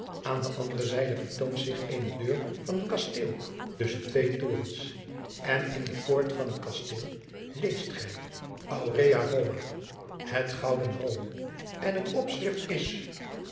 aan de andere zijde vertoont zich eene deur van een kasteel tusschen twee torens en in de poort van het kasteel leest gij urea oma het gouden ome en het opschrift is